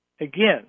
Again